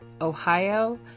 ohio